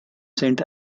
saint